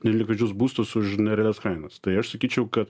nelikvidžius būstus už nerealias kainas tai aš sakyčiau kad